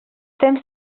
temps